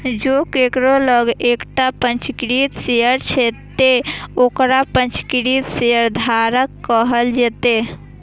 जों केकरो लग एकटा पंजीकृत शेयर छै, ते ओकरा पंजीकृत शेयरधारक कहल जेतै